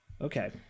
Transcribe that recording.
okay